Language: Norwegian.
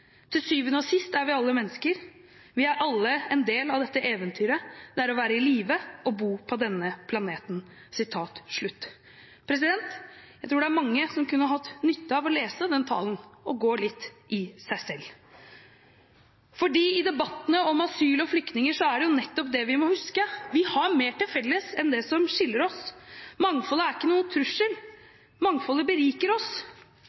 sjuende og sist er vi alle mennesker. Vi er alle en del av dette eventyret det er å være i live og bo på denne planeten.» Jeg tror mange kunne hatt nytte av å lese den talen og gå litt i seg selv. I debatten om asyl og flyktninger er det nettopp det vi må huske: Vi har mer til felles enn det som skiller oss. Mangfoldet er ingen trussel. Mangfoldet beriker oss.